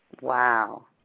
Wow